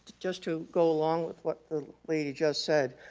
just to go along with what lady just said.